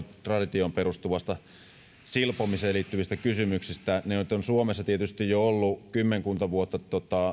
traditioon perustuvasta ja silpomiseen liittyvistä kysymyksistä suomessa on tietysti jo ollut kymmenkunta vuotta